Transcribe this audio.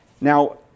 Now